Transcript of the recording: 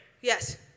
Yes